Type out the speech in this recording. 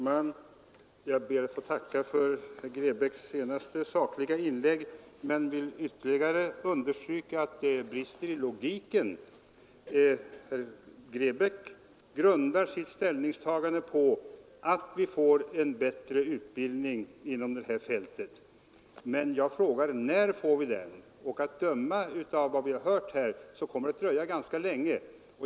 Herr talman! Jag ber att få tacka för herr Grebäcks senaste sakliga inlägg men vill ytterligare understryka att det brister i logiken. Herr Grebäck grundar sitt ställningstagande på att vi får en bättre utbildning inom det här fältet. Men jag frågade: När får vi den utbildningen? Att döma av vad vi hört här kommer det att dröja ganska länge.